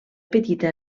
petita